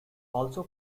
also